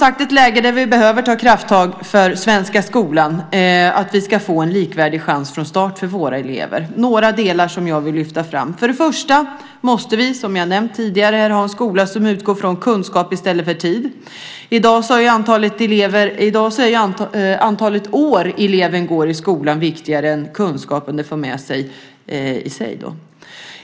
Vi har ett läge där vi behöver ta krafttag för den svenska skolan så att vi får en likvärdig chans från start för våra elever. Jag vill lyfta fram några saker. Vi måste, som jag har nämnt tidigare, ha en skola som utgår från kunskap i stället för tid. I dag är antalet år eleverna går i skolan viktigare än den kunskap de får med sig.